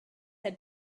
had